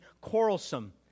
quarrelsome